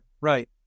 Right